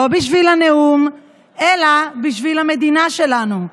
לא בשביל הנאום אלא בשביל המדינה שלנו,